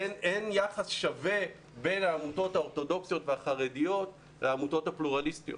אין יחס שווה בין העמותות האורתודוכסיות והחרדיות לעמותות הפלורליסטיות.